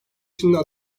şimdiden